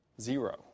Zero